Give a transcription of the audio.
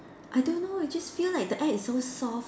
I don't know I just feel like the egg is so soft